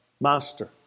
master